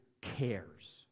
cares